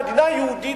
המדינה היהודית,